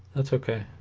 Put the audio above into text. that's okay